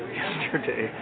yesterday